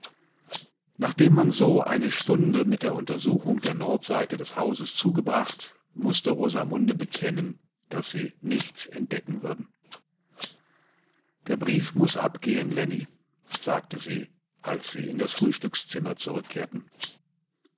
nachdem man so eine stunde mit der untersuchung der nordseite des hauses zugebracht mußterosamundebekennen daßsienichtsentdeckenwürden der brief muß abgehen lenny sagte sie als sie in das frühstückszimmer zurückkehrten